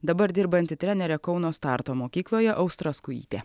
dabar dirbanti trenere kauno starto mokykloje austra skujytė